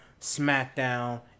SmackDown